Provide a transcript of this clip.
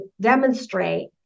demonstrate